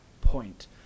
point